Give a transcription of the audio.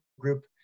group